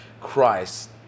Christ